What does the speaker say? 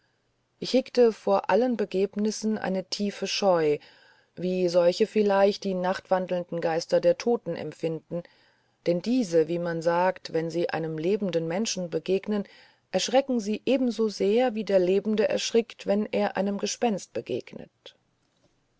ich hegte vor allen begegnissen eine tiefe scheu wie solche vielleicht die nachtwandelnden geister der toten empfinden denn diese wie man sagt wenn sie einem lebenden menschen begegnen erschrecken sie ebensosehr wie der lebende erschrickt wenn er einem gespenste begegnet